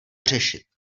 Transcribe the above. řešit